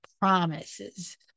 promises